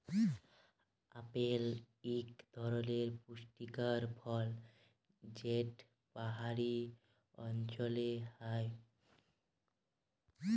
apple ইক ধরলের পুষ্টিকর ফল যেট পাহাড়ি অল্চলে হ্যয়